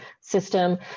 system